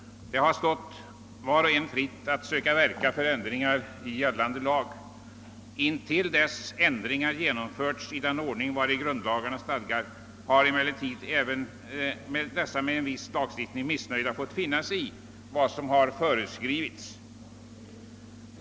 Det har stått var och en fritt att verka för ändringar i gällande lag, men till dess ändringarna genomförts i den ordning grundlagarna stadgar har även de med en viss lagstiftning missnöjda fått finna sig i vad som är föreskrivet.